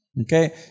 Okay